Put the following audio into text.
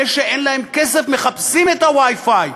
אלה שאין להם כסף מחפשים את ה-WiFi.